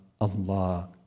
Allah